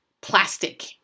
plastic